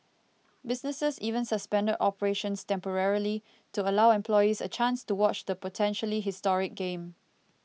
businesses even suspended operations temporarily to allow employees a chance to watch the potentially historic game